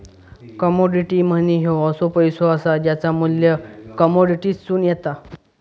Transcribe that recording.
commodity money ह्यो असो पैसो असा ज्याचा मू्ल्य कमोडिटीतसून येता